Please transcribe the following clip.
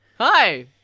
Hi